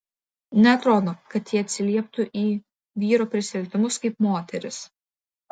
neatrodo kad ji atsilieptų į vyro prisilietimus kaip moteris